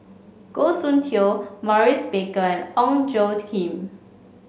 Goh Soon Tioe Maurice Baker and Ong Tjoe Kim